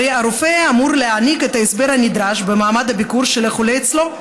הרי הרופא אמור להעניק את ההסבר הנדרש במעמד הביקור של החולה אצלו.